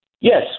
Yes